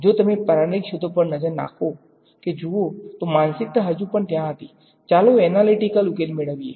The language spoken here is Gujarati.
જો તમે પ્રારંભિક શોધો પર નજર નાખો કે જુઓ તો માનસિકતા હજુ પણ ત્યાં હતી ચાલો એનાલીટીકલ ઉકેલ મેળવીએ